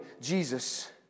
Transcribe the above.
Jesus